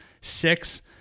six